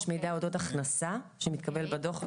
יש מידע אודות הכנסה שמתקבל בדוח.